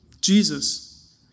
Jesus